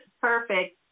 perfect